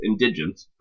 indigents